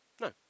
No